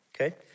Okay